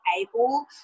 able